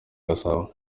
gasabo